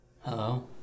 Hello